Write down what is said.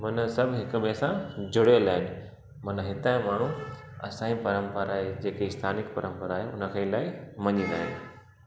मन सभु हिक ॿिए सां जुड़ियल आहिनि मन हितां जा माण्हू असांजी परम्परा जेकी स्थानीय परम्परा आहे उनखे अलाई मञीदा आहिनि